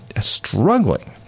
Struggling